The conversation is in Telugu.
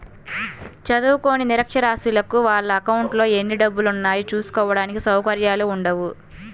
చదువుకోని నిరక్షరాస్యులకు వాళ్ళ అకౌంట్లలో ఎన్ని డబ్బులున్నాయో చూసుకోడానికి సౌకర్యాలు ఉండవు